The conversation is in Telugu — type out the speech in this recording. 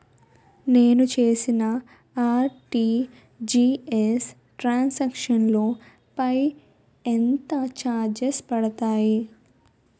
నేను చేసిన ఆర్.టి.జి.ఎస్ ట్రాన్ సాంక్షన్ లో పై ఎంత చార్జెస్ పడతాయి?